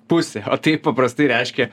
pusė o tai paprastai reiškia